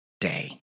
day